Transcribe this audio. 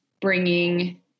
bringing